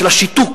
של השיתוק